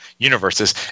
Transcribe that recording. universes